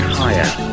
higher